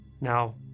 Now